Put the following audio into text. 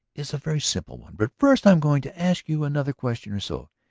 is a very simple one. but first i am going to ask you another question or so.